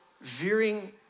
veering